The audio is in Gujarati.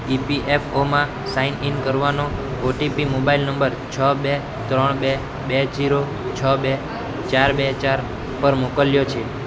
ઇ પી એફ ઓમાં સાઈન ઇન કરવાનો ઓટીપી મોબાઈલ નંબર છ બે ત્રણ બે બે જીરો છ બે ચાર બે ચાર પર મોકલ્યો છે